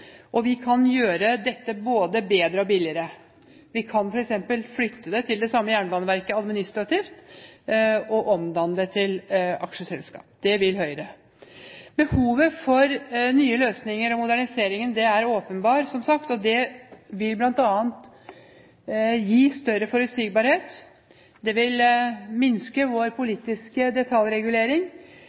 Vi kan gjøre dette både bedre og billigere. Vi kan f.eks. flytte det til det samme Jernbaneverket, administrativt, og omdanne det til aksjeselskap. Det vil Høyre. Behovet for nye løsninger og modernisering er åpenbart. Det vil bl.a. gi større forutsigbarhet, og det vil minske vår politiske detaljregulering.